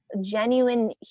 genuine